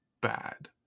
bad